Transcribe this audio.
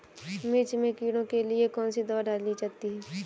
मिर्च में कीड़ों के लिए कौनसी दावा डाली जाती है?